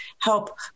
help